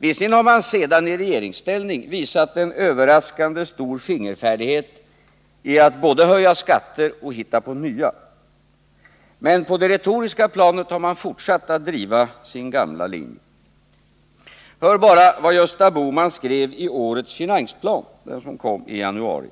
Visserligen har dessa partier i regeringsställning visat en överraskande stor fingerfärdighet i att både höja skatter och hitta på nya. Men på det retoriska planet har man fortsatt att driva sin gamla linje. Hör bara vad Gösta Bohman skrev i årets finansplan, som lades fram i januari: